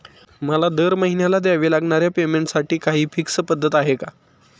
मला दरमहिन्याला द्यावे लागणाऱ्या पेमेंटसाठी काही फिक्स पद्धत आहे का?